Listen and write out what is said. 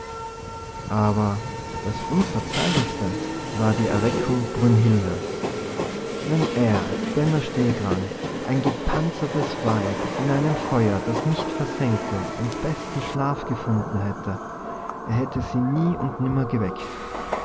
aber das unverzeihlichste war die erweckung brünhildes wenn er benno stehkragen ein gepanzertes weib in einem feuer das nicht versengte im besten schlaf gefunden hätte er hätte sie nie und nimmer geweckt